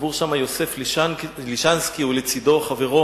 קבור שם יוסף לישנסקי ולצדו חברו,